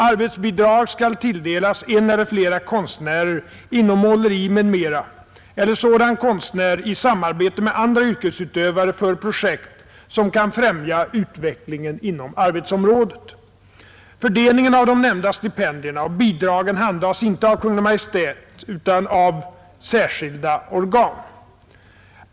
Arbetsbidrag skall tilldelas en eller flera konstnärer inom måleri m.m. eller sådan konstnär i samarbete med andra yrkesutövare för projekt som kan främja utvecklingen inom arbetsområdet. Fördelningen av de nämnda stipendierna och bidragen handhas inte av Kungl. Maj:t utan av särskilda organ.